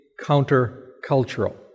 counter-cultural